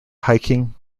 hiking